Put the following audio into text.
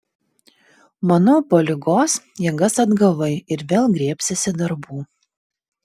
manau po ligos jėgas atgavai ir vėl griebsiesi darbų